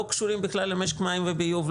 לא קשורים בכלל למשק המים והביוב,